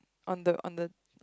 on the on the